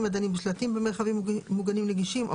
הדנים בשלטים במרחבים מוגנים נגישים (1.3.12(ב)),